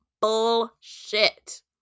Bullshit